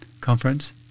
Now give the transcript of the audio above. conference